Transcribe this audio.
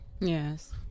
Yes